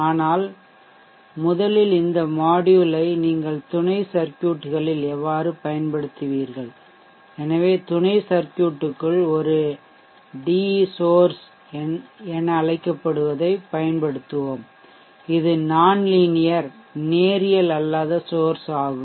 ஆனால் முதலில் இந்த மாட்யூல் ஐ நீங்கள் சப் சர்க்யூட்களில் எவ்வாறு செயல்படுத்துவீர்கள் எனவே சப் சர்க்யூட்க்குள் ஒரு de சோர்ஷ் என அழைக்கப்படுவதைப் பயன்படுத்துவோம் இது நான்லீனியர் நேரியல்அல்லாத சோர்ஷ் ஆகும்